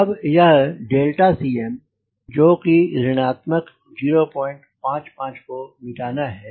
अब यह Cm जो कि ऋणात्मक 055 है को मिटाना है